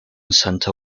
center